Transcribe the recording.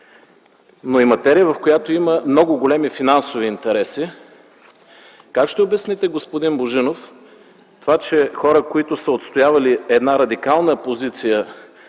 но и материя, в която има много големи финансови интереси, как ще обясните, господин Божинов, това, че хора, които са отстоявали една радикална позиция